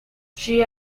she